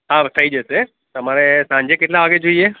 હા થઇ જશે તમારે સાંજે કેટલા વાગે જોઈએ